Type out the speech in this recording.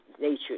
nature